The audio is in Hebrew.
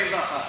600?